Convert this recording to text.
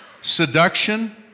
seduction